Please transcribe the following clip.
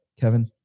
Kevin